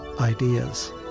ideas